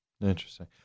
Interesting